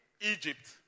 Egypt